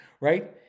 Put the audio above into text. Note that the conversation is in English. right